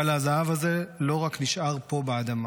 אבל הזהב הזה לא רק נשאר פה באדמה.